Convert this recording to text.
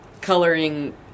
coloring